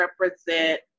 represent